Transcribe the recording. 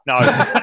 No